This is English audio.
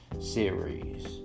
series